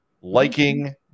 liking